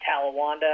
Talawanda